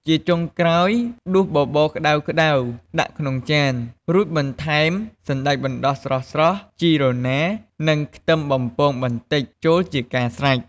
ជាចុងក្រោយ ដួសបបរក្តៅៗដាក់ក្នុងចាន រួចថែមសណ្ដែកបណ្ដុះស្រស់ៗ ជីរណារ និង ខ្ទឹមបំពងបន្តិចចូលជាការស្រេច។